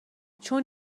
چون